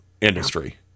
industry